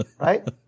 Right